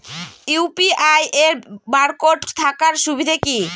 UPI এর barcode থাকার সুবিধে কি?